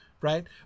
right